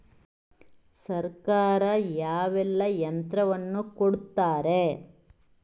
ಸರ್ಕಾರ ಯಾವೆಲ್ಲಾ ಯಂತ್ರವನ್ನು ಕೊಡುತ್ತಾರೆ?